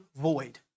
void